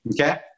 okay